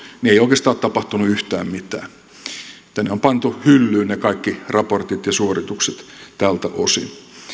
niin ei oikeastaan ole tapahtunut yhtään mitään on pantu hyllyyn ne kaikki raportit ja suoritukset tältä osin